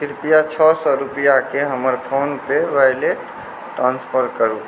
कृपया छओ सए रुपैया के हमर फोन पे वॉलेट मे ट्रांसफर करू